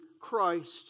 Christ